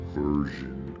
version